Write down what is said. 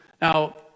Now